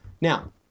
Now